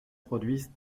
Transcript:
produisent